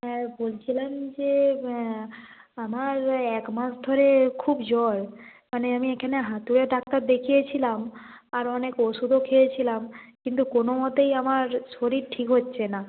হ্যাঁ বলছিলাম যে আমার এক মাস ধরে খুব জ্বর মানে আমি এখানে হাতুড়ে ডাক্তার দেখিয়েছিলাম আর অনেক ওষুধও খেয়েছিলাম কিন্তু কোনো মতেই আমার শরীর ঠিক হচ্ছে না